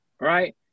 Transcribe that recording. Right